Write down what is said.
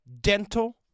dental